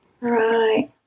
Right